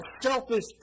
selfish